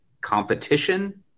competition